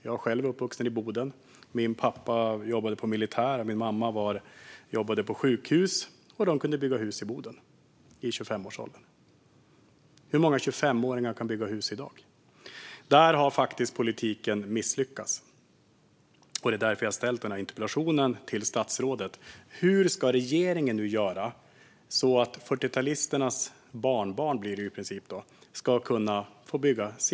Jag är själv uppvuxen i Boden. Min pappa jobbade inom militären, och min mamma jobbade på sjukhus. De kunde, i 25-årsåldern, bygga hus i Boden. Hur många 25-åringar kan bygga hus i dag? Där har politiken misslyckats. Det är därför jag har ställt den här interpellationen till ministern. Vad ska regeringen göra för att 40-talisternas barnbarn, som det i princip handlar om, ska kunna bygga hus?